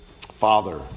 Father